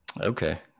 Okay